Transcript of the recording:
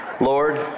Lord